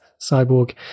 cyborg